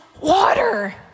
water